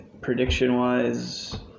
prediction-wise